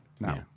no